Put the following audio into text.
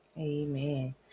Amen